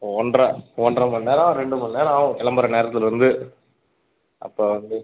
ஒன்றரை ஒன்றரை மணிநேரம் ரெண்டு மணிநேரம் ஆகும் கிளம்புற நேரத்துலேருந்து அப்போ வந்து